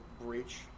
breach